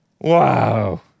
Wow